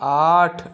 आठ